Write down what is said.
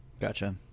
Gotcha